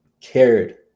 cared